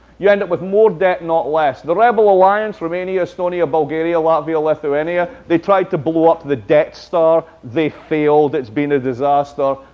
you end up with more debt, not less. the rebel alliance romania, estonia, bulgaria, latvia, lithuania they tried to blow up the debt star. they failed. it's been a disaster.